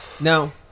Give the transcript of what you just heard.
No